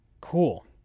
Cool